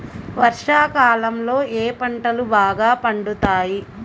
వర్షాకాలంలో ఏ పంటలు బాగా పండుతాయి?